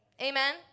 amen